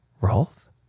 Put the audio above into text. Rolf